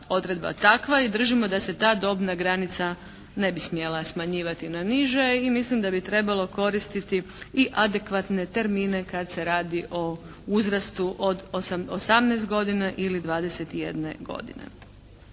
odredba takva i držimo da se ta dobna granica ne bi smjela smanjivati na niže i mislim da bi trebalo koristiti i adekvatne termine kad se radi o uzrastu od 18 godina ili 21 godine.